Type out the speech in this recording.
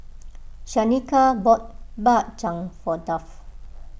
Shanika bought Bak Chang for Duff